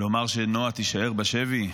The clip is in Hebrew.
לומר שנעה תישאר בשבי?